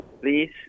Please